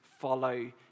follow